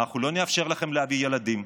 אנחנו לא נאפשר לכם להביא ילדים,